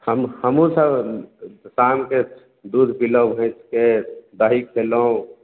हम हमहुँ सभ शामके दूध पिलहुँ भरि पेट दही खयलहुँ